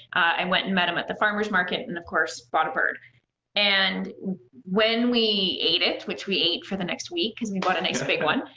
i went and met him at the farmers market and of course, bought a bird and when we ate it, which we ate for the next week because we bought a nice big one,